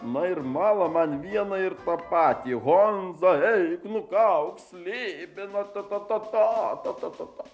na ir mala man vieną ir tą patį honza eik nukauk slibiną ta ta ta ta ta ta ta ta